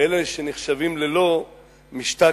ואלה שנחשבים ללא משתכחין.